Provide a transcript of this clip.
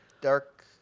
dark